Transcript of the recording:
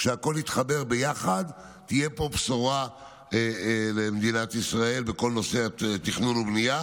כשהכול יתחבר ביחד תהיה פה בשורה למדינת ישראל בכל נושא תכנון והבנייה,